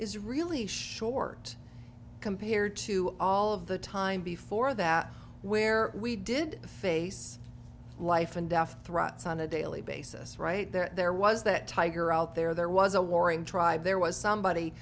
is really short compared to all of the time before that where we did face life and death threats on a daily basis right there was that tiger out there there was a warring tribes there was somebody